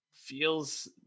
feels